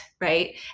right